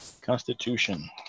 Constitution